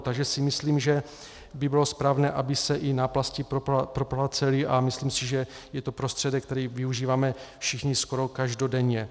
Takže si myslím, že by bylo správné, aby se i náplasti proplácely, a myslím si, že je to prostředek, který využíváme všichni skoro každodenně.